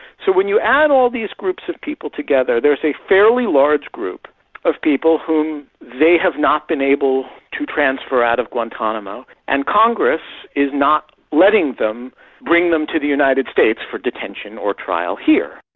so when you add all these groups of people together, there's a fairly large group of people whom they have not been able to transfer out of guantanamo, and congress is not letting them bring them to the united states for detention or trial here.